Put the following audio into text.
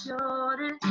shorter